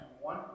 one